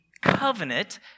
covenant